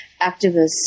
activists